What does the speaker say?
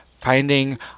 Finding